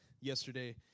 yesterday